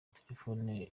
terefone